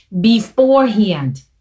beforehand